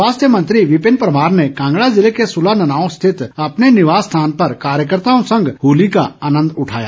स्वास्थ्य मंत्री विपिन परमार ने कांगड़ा जिले के सुलह ननाव स्थित अपने निवास स्थान पर कार्यकर्ताओं संग होली का आनंद उठाया